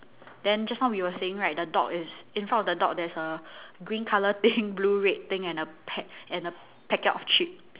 then just now we were saying right the dog is in front of the dog there's a green colour thing blue red thing and a pack and a packet of chips